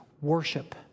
worship